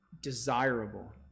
desirable